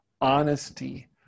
honesty